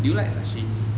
do you like sashimi